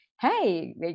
Hey